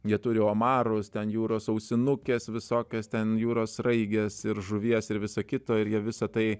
jie turi omarus ten jūros ausinukes visokias ten jūros sraiges ir žuvies ir visa kita ir jie visa tai